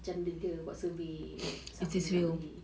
cam dia dia buat survey tak pernah beli